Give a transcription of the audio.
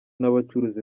n’abacuruzi